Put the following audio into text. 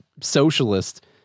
socialist